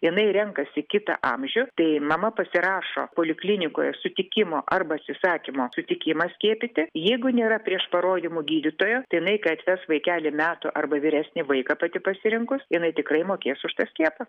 jinai renkasi kitą amžių tai mama pasirašo poliklinikoje sutikimo arba atsisakymo sutikimą skiepyti jeigu nėra prieš parodymų gydytojo tai jinai kai atves vaikelį metų arba vyresnį vaiką pati pasirinkus jinai tikrai mokės už tą skiepą